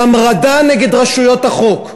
של המרדה נגד רשויות החוק,